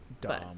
dumb